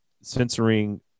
censoring